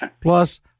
Plus